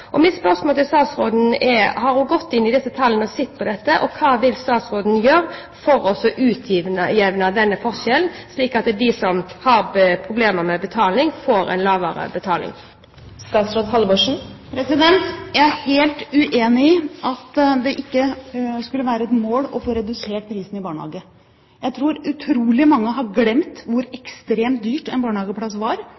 nedgang. Mitt spørsmål til statsråden er: Har hun gått inn i disse tallene og sett på dette? Hva vil statsråden gjøre for å utjevne denne forskjellen, slik at de som har problemer med betaling, får en lavere betaling? Jeg er helt uenig i at det ikke skulle være et mål å få redusert prisen i barnehagene. Jeg tror utrolig mange har glemt hvor